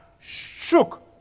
shook